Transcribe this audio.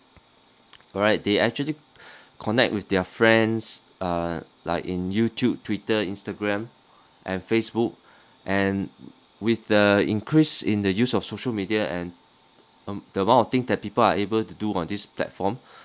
alright they actually connect with their friends uh like in youtube twitter instagram and facebook and with the increased in the use of social media and the amount of thing that people are able to do on this platform